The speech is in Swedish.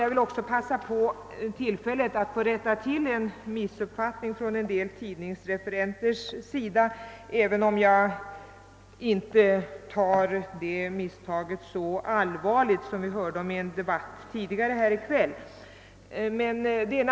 Jag får också passa på att rätta till en missuppfattning från en del tidningsreferenters sida, även om jag inte tar det så allvarligt som vi hörde andra göra här i kväll, då sådana misstag begicks.